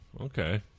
okay